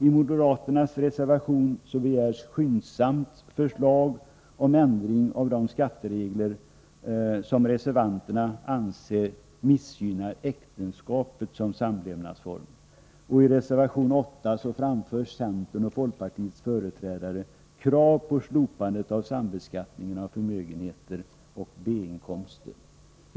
I moderaternas reservation 7 begärs skyndsamt förslag om ändring av de skatteregler som reservanterna anser missgynnar äktenskapet som samlevnadsform, och i reservation 8 framför centerns och folkpartiets representanter krav på slopande av sambeskattningen av förmögenheter och B-inkomster.